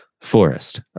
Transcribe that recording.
Forest